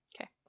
okay